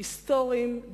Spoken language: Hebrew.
היסטוריים,